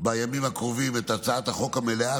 בימים הקרובים את הצעת החוק המלאה,